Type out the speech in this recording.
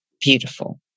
Beautiful